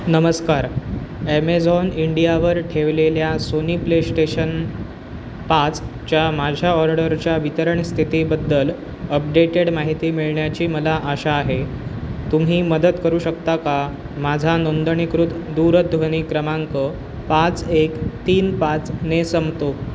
नमस्कार ॲमेझॉन इंडियावर ठेवलेल्या सोनी प्लेस्टेशन पाच च्या माझ्या ऑर्डरच्या वितरण स्थितीबद्दल अपडेटेड माहिती मिळण्याची मला आशा आहे तुम्ही मदत करू शकता का माझा नोंदणीकृत दूरध्वनी क्रमांक पाच एक तीन पाच ने संपतो